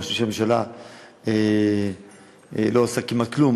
אני חושב שהממשלה לא עושה כמעט כלום,